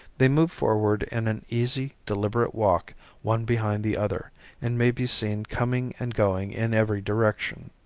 they move forward in an easy, deliberate walk one behind the other and may be seen coming and going in every direction.